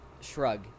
shrug